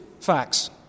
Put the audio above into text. facts